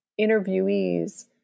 interviewees